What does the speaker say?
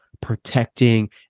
protecting